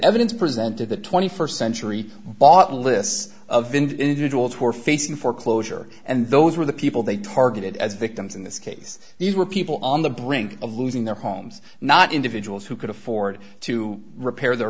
evidence presented the st century bought lists of individuals who are facing foreclosure and those were the people they targeted as victims in this case these were people on the brink of losing their homes not individuals who could afford to repair the